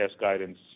guidance